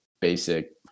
Basic